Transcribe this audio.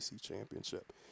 championship